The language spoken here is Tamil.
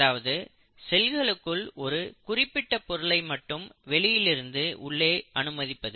அதாவது செல்களுக்குள் ஒரு குறிப்பிட்ட பொருளை மட்டும் வெளியிலிருந்து உள்ளே அனுமதிப்பது